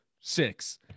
six